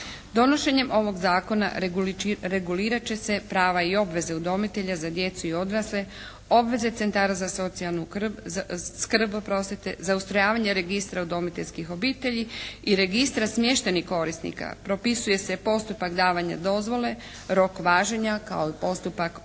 Donošenjem ovog zakona regulirat će se prava i obveze udomitelja za djecu i odrasle, obveze centara za socijalnu skrb, za ustrojavanje registra udomiteljskih obitelji i registra smještenih korisnika. Propisuje se i postupak davanja dozvole, rok važenja kao i postupak obnavljanja.